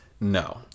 No